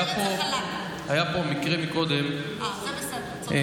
היה פה מקרה קודם במליאה,